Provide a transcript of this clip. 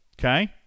okay